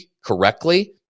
correctly